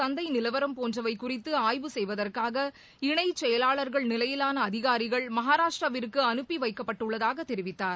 சந்தை நிலவரம் போன்றவை குறித்து ஆய்வு செய்வதற்காக இணைச் செயலாளா்கள் நிலையிலான அதிகாரிகள் மகாராஷ்டிராவிற்கு அனுப்பி வைக்கப்பட்டுள்ளதாகத் தெரிவித்தார்